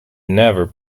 never